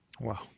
Wow